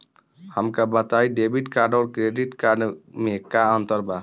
हमका बताई debit card और क्रेडिट कार्ड में का अंतर बा?